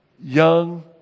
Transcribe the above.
young